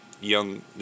young